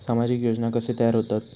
सामाजिक योजना कसे तयार होतत?